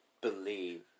believe